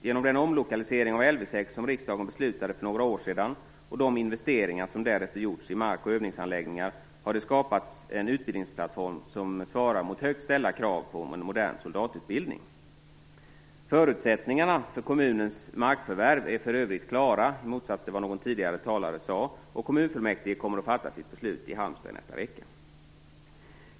Genom den omlokalisering av Lv 6 som riksdagen beslutade för några år sedan, och genom de investeringar som därefter gjorts i mark och övningsanläggningar, har det skapats en utbildningsplattform som motsvarar högt ställda krav för en modern soldatutbildning. Förutsättningarna för kommunens markförvärv är för övrigt klara, i motsats till vad någon tidigare talare sade, och kommunfullmäktige i Halmstad kommer att fatta sitt beslut i nästa vecka.